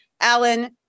Alan